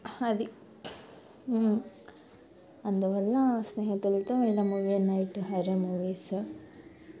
అది అందువల్ల స్నేహితులతో ఇలా మూవీ నైట్ హర్రర్ మూవీస్